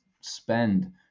spend